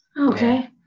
Okay